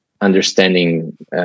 understanding